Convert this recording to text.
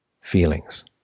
feelings